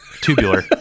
tubular